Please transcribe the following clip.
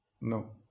No